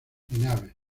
naves